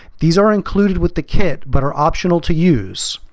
these are included with the kit but are optional to use.